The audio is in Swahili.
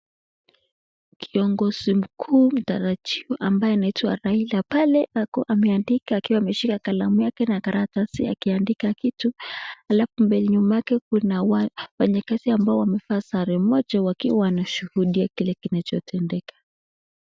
Kiongozi mkuu mtaraajiwa ambaye anaitwa Raila pale ako ameandika akiwa ameshika kalamu yake na karatasi akiandika kitu. Halafu mbele nyuma yake kuna wafanyikazi ambao wamevaa sare moja wakiwa wanashuhudia kile kinachotendeka.